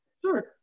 Sure